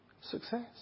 success